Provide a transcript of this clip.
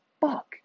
fuck